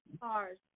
cars